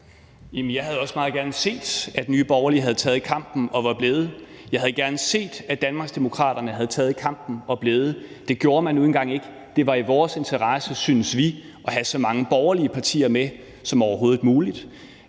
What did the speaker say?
jeg havde også meget gerne set, at Nye Borgerlige havde taget kampen og var blevet. Jeg havde gerne set, at Danmarksdemokraterne havde taget kampen og var blevet. Det gjorde man nu engang ikke. Det var i vores interesse, syntes vi, at have så mange borgerlige partier med som overhovedet muligt.